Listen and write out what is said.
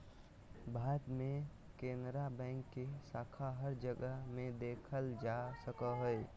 भारत मे केनरा बैंक के शाखा हर जगह मे देखल जा सको हय